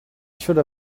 should